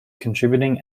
contributing